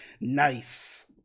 Nice